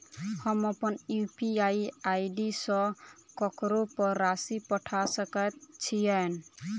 हम अप्पन UPI ID सँ ककरो पर राशि पठा सकैत छीयैन?